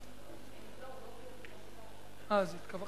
אדוני.